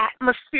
atmosphere